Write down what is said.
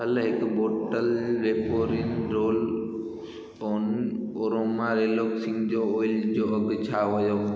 कल्ह हिकु बोतल वेपोरिन roll on aroma relaxing oil जो अघि छा हुयो